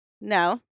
no